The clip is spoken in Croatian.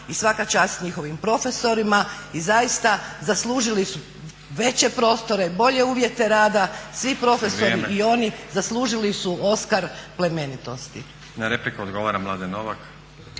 i svaka čast njihovim profesorima i zaista zaslužili su veće prostore, bolje uvjete rada, svi profesori i oni zaslužili su oskar plemenitosti. **Stazić, Nenad